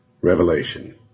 Revelation